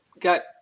got